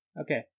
Okay